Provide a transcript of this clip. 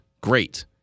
Great